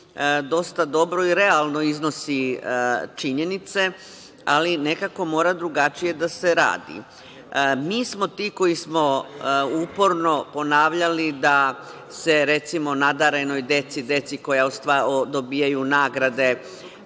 dosta dobro i realno iznosi činjenice, ali nekako mora drugačije da se radi. Mi smo ti, koji smo uporno ponavljali da se, recimo nadarenoj deci, deci koja dobijaju nagrade